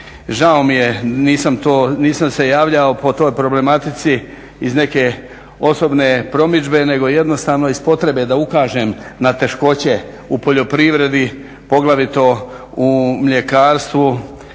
nisam to, nisam se javljao po toj problematici iz neke osobne promidžbe nego jednostavno iz potrebe da ukažem na teškoće u poljoprivredi poglavito u mljekarstvu